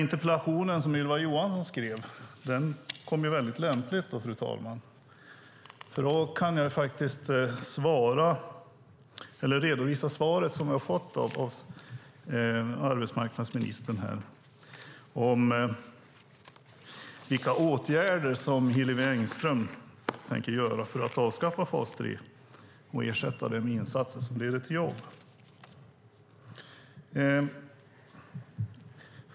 Interpellationen som Ylva Johansson skrev kom väldigt lämpligt, fru talman, för nu kan jag redovisa svaret som jag fått av arbetsmarknadsministern på frågan om vilka åtgärder Hillevi Engström tänker genomföra för att avskaffa fas 3 och ersätta den med insatser som leder till jobb.